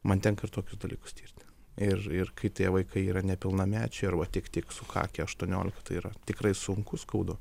man tenka ir tokius dalykus tirti ir ir kai tie vaikai yra nepilnamečiai arba tik tik sukakę aštuoniolika tai yra tikrai sunku skaudu